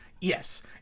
Yes